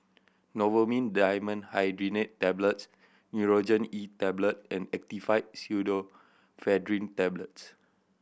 Novomin Dimenhydrinate Tablets Nurogen E Tablet and Actifed Pseudoephedrine Tablets